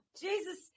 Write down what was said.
Jesus